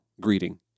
greeting